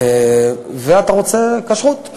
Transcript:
ואתה רוצה כשרות,